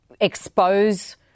expose